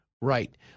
right